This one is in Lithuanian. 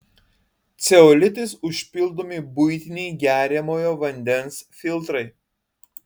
ceolitais užpildomi buitiniai geriamojo vandens filtrai